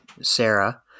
Sarah